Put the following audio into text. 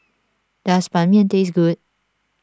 does Ban Mian taste good